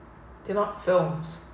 they're not films